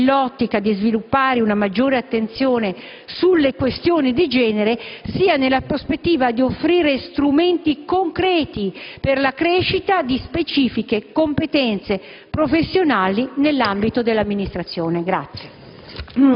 sia nell'ottica di sviluppare una maggiore attenzione sulle questioni di genere sia nella prospettiva di offrire strumenti concreti per la crescita di specifiche competenze professionali nell'ambito dell'Amministrazione.